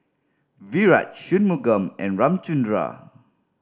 Virat Shunmugam and Ramchundra